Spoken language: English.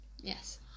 Yes